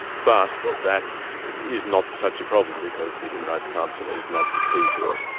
but that is not such a problem, because the human rights council is not the key to it.